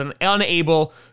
unable